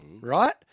Right